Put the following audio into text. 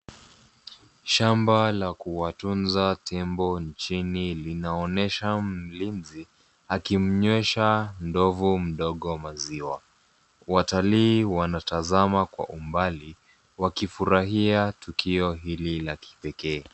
Shamba la kuwatunza tembo nchini linaonyesha mlinzi akimnywesha ndovu mdogo maziwa. Watalii wanatazama kwa umbali wakifurahia tukio hili la kipekee.